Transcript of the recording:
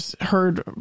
heard